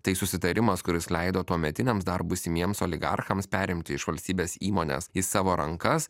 tai susitarimas kuris leido tuometiniams dar būsimiems oligarchams perimti iš valstybės įmonės į savo rankas